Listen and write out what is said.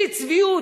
שיא צביעות.